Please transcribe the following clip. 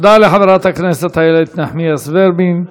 תודה לחברת הכנסת איילת נחמיאס ורבין.